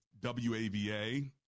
WAVA